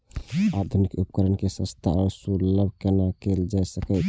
आधुनिक उपकण के सस्ता आर सर्वसुलभ केना कैयल जाए सकेछ?